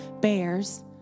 bears